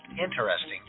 interesting